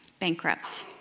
bankrupt